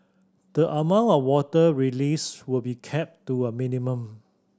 the amount of water released will be kept to a minimum